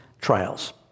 trials